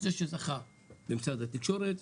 זה שזכה במשרד התקשורת,